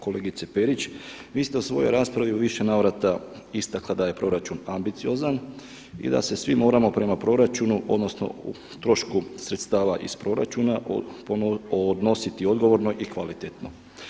Kolegice Perić, vi ste u svojoj raspravi u više navrata istakla da je proračun ambiciozan i da se svi moramo prema proračunu odnosno u trošku sredstava iz proračuna odnositi odgovorno i kvalitetno.